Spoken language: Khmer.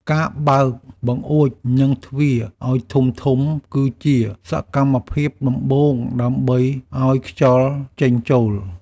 ការបើកបង្អួច និងទ្វារឱ្យធំៗ គឺជាសកម្មភាពដំបូងដើម្បីឱ្យខ្យល់ចេញចូល។